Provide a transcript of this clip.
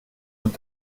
und